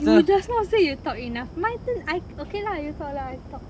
you just now say you talk enough my turn I okay lah you talk lah you talk